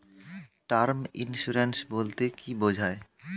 Term insurance বলতে কী বোঝায়?